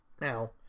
Now